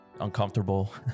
uncomfortable